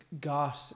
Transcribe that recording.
got